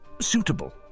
suitable